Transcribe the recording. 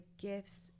gifts